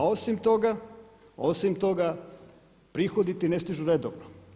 A osim toga prihodi ti ne stižu redovno.